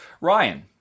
Ryan